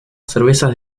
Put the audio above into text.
cervezas